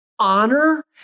honor